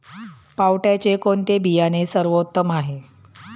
पावट्याचे कोणते बियाणे सर्वोत्तम आहे?